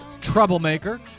troublemaker